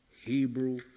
Hebrew